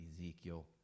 Ezekiel